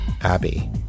Abby